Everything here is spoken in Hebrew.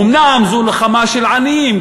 אומנם זו נחמה של עניים,